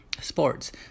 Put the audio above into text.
sports